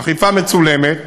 אכיפה מצולמת,